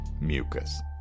Mucus